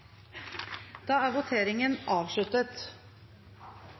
da, og er